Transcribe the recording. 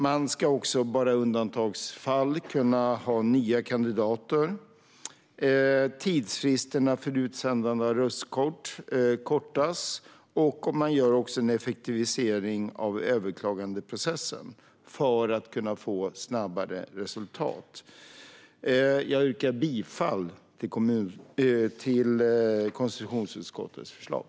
Man ska bara i undantagsfall kunna ha nya kandidater. Tidsfristerna för utsändande av röstkort kortas, och man gör också en effektivisering av överklagandeprocessen för att kunna få ett snabbare resultat. Jag yrkar bifall till konstitutionsutskottets förslag.